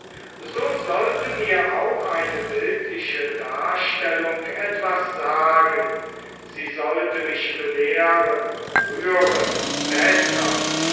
so sollte mir auch eine bildliche darstellung etwas sagen sie sollte mich belehren rühren bessern